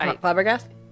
flabbergasted